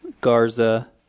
Garza